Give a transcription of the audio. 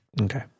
Okay